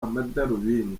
amadarubindi